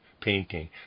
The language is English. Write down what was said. painting